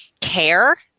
care